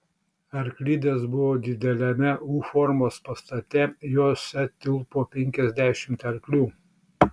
arklidės buvo dideliame u formos pastate jose tilpo penkiasdešimt arklių